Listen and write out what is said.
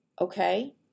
Okay